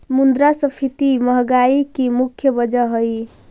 मुद्रास्फीति महंगाई की मुख्य वजह हई